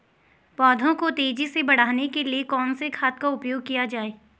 पौधों को तेजी से बढ़ाने के लिए कौन से खाद का उपयोग किया जाए?